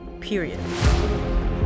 period